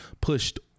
pushed